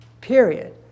Period